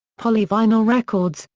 polyvinyl records,